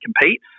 compete